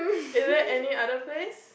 is there any other place